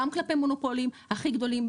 גם כלפי מונופולים הכי גדולים,